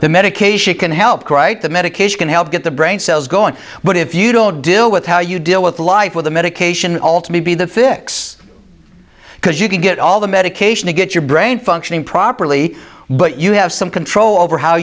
the medication can help right the medication can help get the brain cells going but if you don't deal with how you deal with life with the medication all to be the fix because you can get all the medication to get your brain functioning properly but you have some control over how